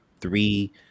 three